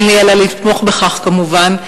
אין לי אלא לתמוך בכך כמובן.